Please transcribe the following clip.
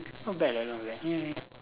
not bad lah not bad ya ya